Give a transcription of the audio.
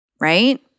right